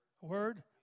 Word